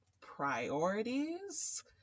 priorities